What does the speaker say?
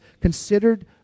considered